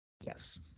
Yes